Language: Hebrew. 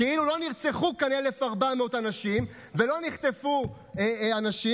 כאילו לא נרצחו כאן 1,400 אנשים ולא נחטפו אנשים.